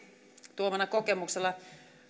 tuomalla kokemuksella